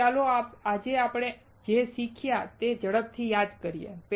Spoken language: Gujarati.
તેથી ચાલો આપણે આજે જે શીખ્યા તે ઝડપથી યાદ કરીએ